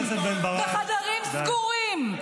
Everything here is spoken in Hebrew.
בחדרים סגורים,